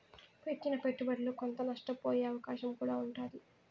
పెట్టిన పెట్టుబడిలో కొంత నష్టపోయే అవకాశం కూడా ఉంటాది